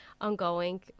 ongoing